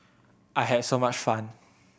I had so much fun